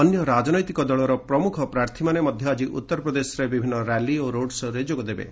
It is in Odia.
ଅନ୍ୟ ରାଜନୈତିକ ଦଳର ପ୍ରମୁଖ ପ୍ରାର୍ଥୀମାନେ ମଧ୍ୟ ଆଜି ଉତ୍ତରପ୍ରଦେଶରେ ବିଭିନ୍ନ ର୍ୟାଲି ଓ ରୋଡଶୋରେ ଯୋଗଦେବେ